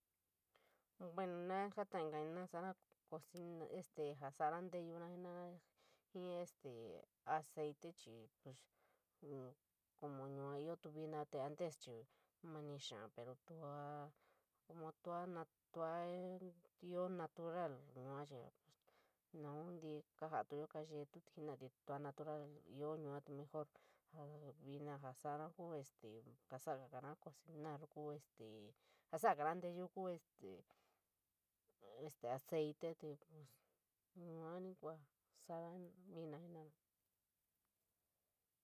Bueno, na jala m’kana jo sañara, soro cocina, este jaa soro ñtiyoun jenarara jii este aaéli chií pues, como yuu tóto viina te antes chií monií kee yuu te joo como túo yuu tóto notibou yuu chií neem ti kapjayoo kayetiou, jenora kuoo, yuu fooruo joo kuu neeu, yuu le viina jaa kou kuu este eso’ sa’ora kooiara kuu este pos te sa’ora yenateeyou kou este aaéli te pos yuu ñii yuaní ku ja sañara viino jenara.